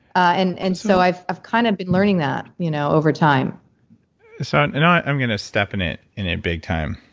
and and so i've i've kind of been learning that you know over time so now i'm going to step in it, in a big time.